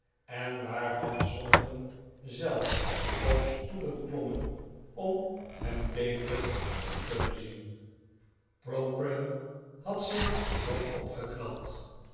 en waarvan sommigen zelfs op stoelen klommen om hem beter te kunnen zien pogram had zich wat opgeknapt